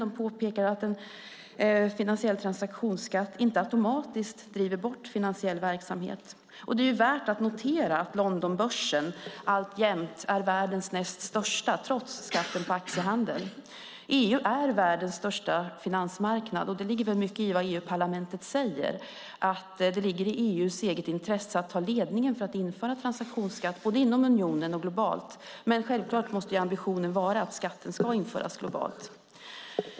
Det påpekas att en finansiell transaktionsskatt inte automatiskt driver bort finansiell verksamhet. Det är också värt att notera att Londonbörsen alltjämt är världens näst största, trots skatten på aktiehandel. EU är världens största finansmarknad, och det ligger väl mycket i vad EU-parlamentet säger: Det ligger i EU:s eget intresse att ta ledningen för att införa transaktionsskatt både inom unionen och globalt. Självklart måste dock ambitionen vara att skatten ska införas globalt.